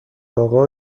اقا